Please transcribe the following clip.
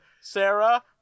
Sarah